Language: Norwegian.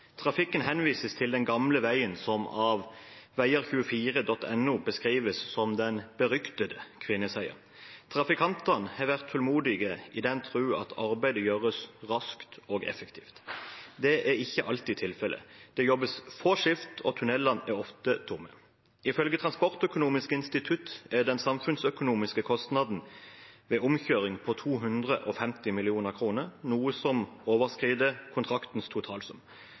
den gamle veien som av veier24.no beskrives som den «beryktede Kvinesheia». Trafikantene har vært tålmodige i den tro at arbeidet gjøres raskt og effektivt. Det er ikke alltid tilfellet, det jobbes få skift, og tunnelene er ofte tomme. Ifølge Transportøkonomisk institutt er den samfunnsøkonomiske kostnaden ved omkjøringen på 250 mill. kroner, noe som overskrider kontraktens totalsum.